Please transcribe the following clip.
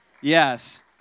Yes